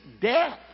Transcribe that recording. death